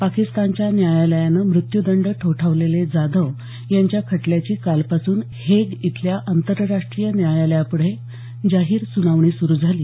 पाकिस्तानच्या न्यायालयानं मृत्यूदंड ठोठावलेले जाधव यांच्या खटल्याची कालपासून हेग इथल्या आतंरराष्ट्रीय न्यायालयापुढे जाहीर सुनावणी सुरु झाली